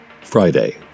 Friday